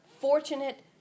fortunate